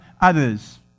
others